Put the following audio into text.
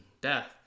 death